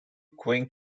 going